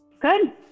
Good